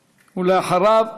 ואחריו,